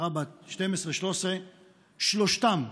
נערה בת 13-12. שלושתם,